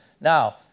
Now